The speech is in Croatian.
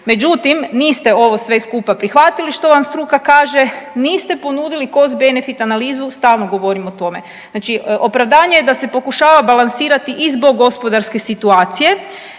međutim niste ovo sve skupa prihvatili što vam struka kaže, niste ponudili cost benefit analizu stalno govorim o tome. Znači opravdanje je da se pokuša balansirati i zbog gospodarske situacije,